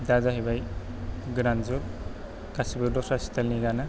दा जाहैबाय गोदान जुग गासिबो दस्रा स्थाइलनि गानो